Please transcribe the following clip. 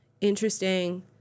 interesting